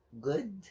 good